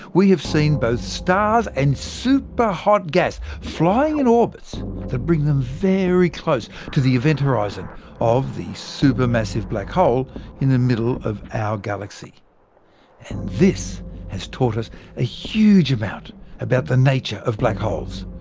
we have seen both stars and superhot gas flying in orbits that bring them very close to the event horizon of the supermassive black hole in the middle of our galaxy and this has taught us a huge amount about the nature of black holes.